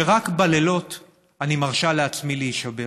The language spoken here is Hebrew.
שרק בלילות אני מרשה לעצמי להישבר,